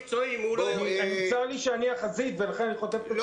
צר לי שאני בחזית ולכן אני חוטף פה צעקות.